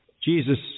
Jesus